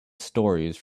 stories